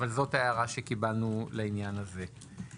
אבל זאת ההערה שקיבלנו לעניין הזה.